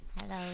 Hello